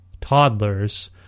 toddlers